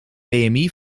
bmi